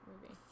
movie